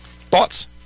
Thoughts